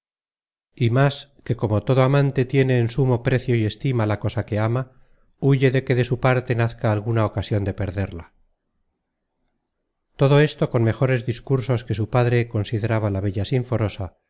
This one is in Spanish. y más que como todo amante tiene en sumo precio y estima la cosa que ama huye de que de su parte nazca alguna ocasion de perderla todo esto con mejores discursos que su padre consideraba la bella sinforosa